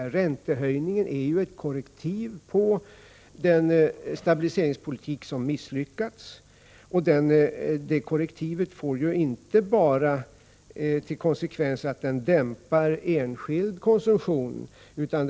Räntehöjningen är ju ett korrektiv på den stabiliseringspolitik som misslyckats, och detta korrektiv får inte bara till konsekvens att det dämpar den enskilda konsumtionen.